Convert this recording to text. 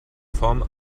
form